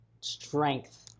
strength